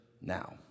now